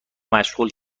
مشغول